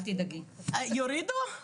יורידו?